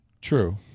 True